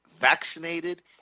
vaccinated